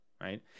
right